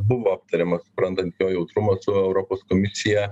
buvo aptariamas suprantant jo jautrumą su europos komisija